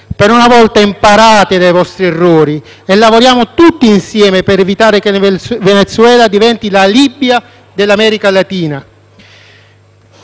Per una volta imparate dai vostri errori e lavoriamo tutti insieme per evitare che il Venezuela diventi la Libia dell'America latina.